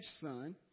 son